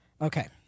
Okay